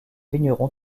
vigneron